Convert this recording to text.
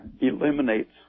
eliminates